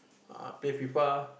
play F_I_F_A